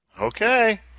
Okay